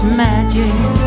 magic